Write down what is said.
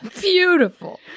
Beautiful